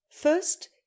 first